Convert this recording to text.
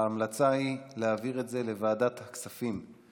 ההמלצה היא להעביר את זה לוועדת הכספים.